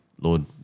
Lord